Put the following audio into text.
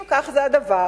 אם כך הדבר,